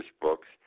books